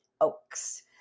oaks